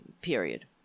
period